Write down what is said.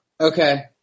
Okay